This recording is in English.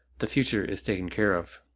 the future is taken care of.